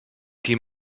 die